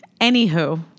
Anywho